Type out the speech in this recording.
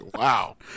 Wow